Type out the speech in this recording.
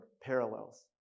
parallels